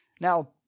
Now